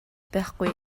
байхгүй